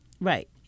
Right